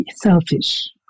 selfish